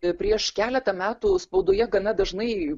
prieš keletą metų spaudoje gana dažnai